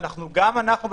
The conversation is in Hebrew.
וגם אנחנו,